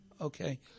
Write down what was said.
okay